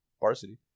varsity